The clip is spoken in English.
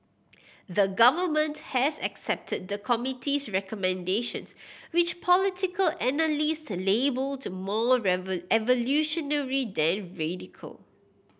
the Government has accepted the committee's recommendations which political analyst labelled more evolutionary than radical